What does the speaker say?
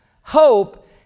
Hope